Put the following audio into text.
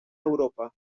europa